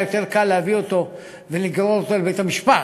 יותר קל להביא ולגרור אותו לבית-המשפט,